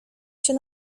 się